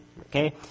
Okay